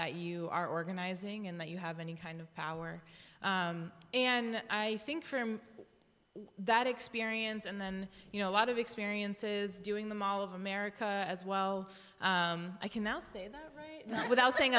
that you are organizing and that you have any kind of power and i think from that experience and then you know a lot of experiences doing the mall of america as well i can now say without saying